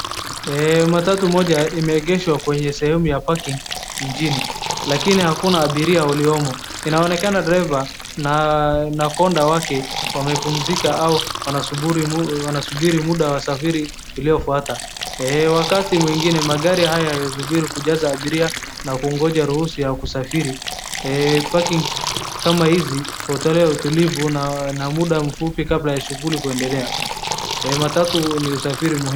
Matatu moja imeegeshwa kwenye sehemu ya cs[parking] cs mjini, lakini aina abiria iliyomo, inaonekana dereva na cs[konda] cs wake wamepumzika au wanasubiri muda wasafiri iliyofwata, wakati mwingine magari haya yanasubiri kujaza abiria na kungoja ruhusa ya kusafiri, cs [parking]cs kama hizi hutolea utulivu na muda mfupi kabla ya shughuli kuendelea, matatu ni usafiri muhimu.